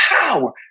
power